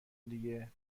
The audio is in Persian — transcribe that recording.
دیگه